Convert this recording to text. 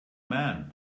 man